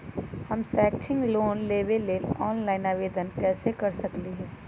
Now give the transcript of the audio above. हम शैक्षिक लोन लेबे लेल ऑनलाइन आवेदन कैसे कर सकली ह?